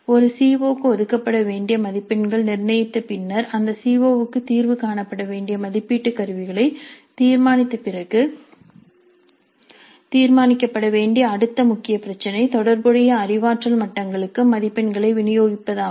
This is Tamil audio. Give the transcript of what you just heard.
ஒரு சீ ஓ க்கு ஒதுக்கப்பட வேண்டிய மதிப்பெண்களை நிர்ணயித்த பின்னர் அந்த சீ ஓ க்கு தீர்வு காணப்பட வேண்டிய மதிப்பீட்டு கருவிகளை தீர்மானித்த பிறகு தீர்மானிக்கப்பட வேண்டிய அடுத்த முக்கிய பிரச்சினை தொடர்புடைய அறிவாற்றல் மட்டங்களுக்கு மதிப்பெண்களை விநியோகிப்பதாகும்